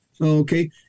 okay